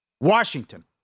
Washington